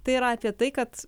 tai yra apie tai kad